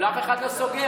אבל אף אחד לא סוגר.